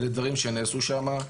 אלה דברים שנעשו שם,